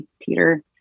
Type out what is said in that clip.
teeter